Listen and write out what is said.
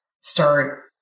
start